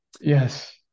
Yes